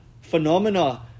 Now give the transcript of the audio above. phenomena